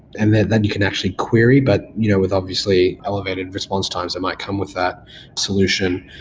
and then then you can actually query, but you know with obviously elevated response times that might come with that solution.